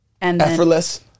Effortless